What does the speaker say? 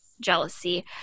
jealousy